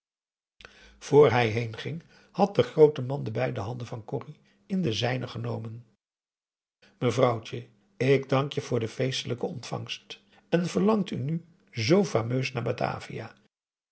hij heenging had de groote man de beide handen van corrie in de zijne genomen mevrouwtje ik dank je voor de feestelijke ontvangst en verlangt u nu z fameus naar batavia